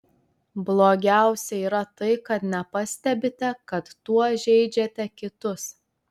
blogiausia yra tai kad nepastebite kad tuo žeidžiate kitus